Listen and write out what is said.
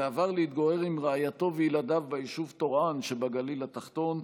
ועבר להתגורר עם רעייתו וילדיו בישוב טורעאן שבגליל התחתון.